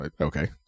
okay